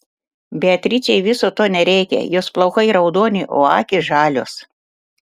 beatričei viso to nereikia jos plaukai raudoni o akys žalios